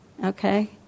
Okay